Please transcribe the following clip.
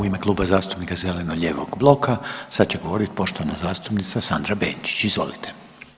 U ime Kluba zastupnika zeleno-lijevog bloka sad će govorit poštovana zastupnica Sandra Benčić, izvolite.